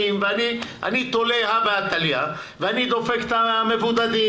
ואני תולה הא בהא תליא ואני דופק את המבודדים.